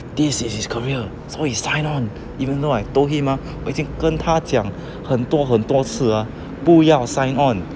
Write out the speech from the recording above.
this is his career so he sign on even though I told him ah 我已经跟他讲很多很多次 ah 不要 sign on